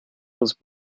was